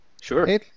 Sure